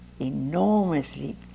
enormously